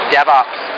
DevOps